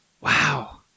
Wow